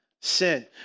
sin